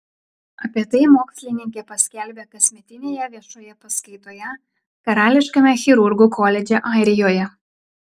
apie tai mokslininkė paskelbė kasmetinėje viešoje paskaitoje karališkame chirurgų koledže airijoje